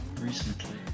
recently